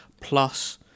Plus